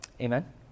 Amen